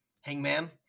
Hangman